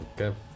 Okay